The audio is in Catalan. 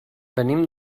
venim